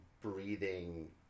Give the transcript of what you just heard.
breathing